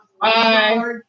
Bye